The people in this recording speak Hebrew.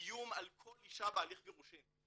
ואיום על כל אישה בהליך גירושין.